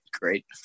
Great